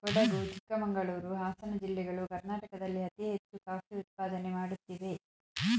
ಕೊಡಗು ಚಿಕ್ಕಮಂಗಳೂರು, ಹಾಸನ ಜಿಲ್ಲೆಗಳು ಕರ್ನಾಟಕದಲ್ಲಿ ಅತಿ ಹೆಚ್ಚು ಕಾಫಿ ಉತ್ಪಾದನೆ ಮಾಡುತ್ತಿವೆ